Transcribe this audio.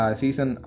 season